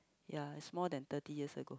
ya it's more than thirty years ago